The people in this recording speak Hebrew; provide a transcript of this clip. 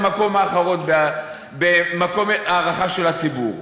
במקום האחרון בהערכה של הציבור.